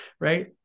right